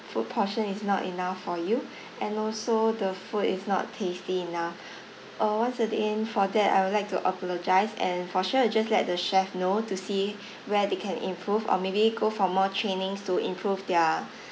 food portion is not enough for you and also the food is not tasty enough uh once again for that I will like to apologise and for sure I'll just let the chef know to see where they can improve or maybe go for more trainings to improve their